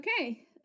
Okay